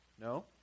No